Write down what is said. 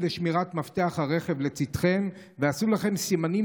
שימו לב לשמירה על מפתח הרכב לצידכם ועשו לכם סימנים,